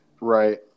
Right